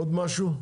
עוד משהו?